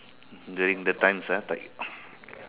during the times ah like